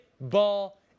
ball